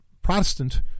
protestant